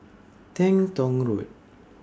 Teng Tong Road